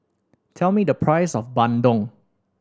tell me the price of bandung